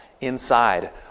inside